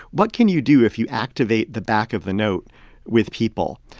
what can you do if you activate the back of the note with people?